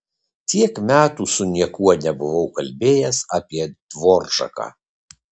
tiek metų su niekuo nebuvau kalbėjęs apie dvoržaką